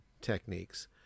techniques